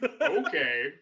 Okay